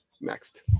Next